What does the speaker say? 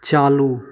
चालू